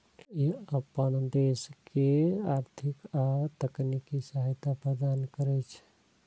ई अपन सदस्य देश के आर्थिक आ तकनीकी सहायता प्रदान करै छै